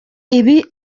ibi